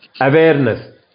awareness